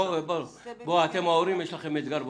רבותיי ההורים, יש לכם אתגר.